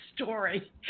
story